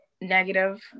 negative